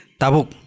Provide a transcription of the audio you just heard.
tabuk